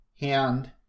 hand